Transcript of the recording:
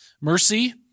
Mercy